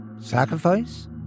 Sacrifice